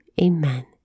Amen